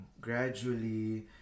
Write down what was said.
gradually